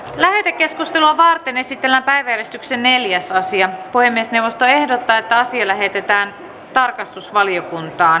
lähetekeskustelua martin esitellä päivää ja neljäs sija puhemiesneuvosto ehdottaa että asia lähetetään tarkastusvaliokuntaan